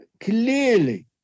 clearly